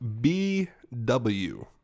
BW